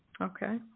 Okay